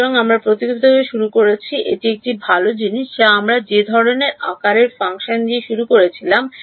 সুতরাং আমরা প্রকৃতপক্ষে শুরু করেছি এটি একটি ভাল জিনিস যা আমরা যে ধরণের আকারের ফাংশন দিয়ে শুরু করেছিলাম